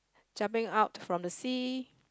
jumping out from the sea